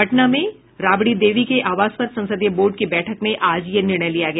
पटना में राबड़ी देवी के आवास पर संसदीय बोर्ड की बैठक में आज यह निर्णय लिया गया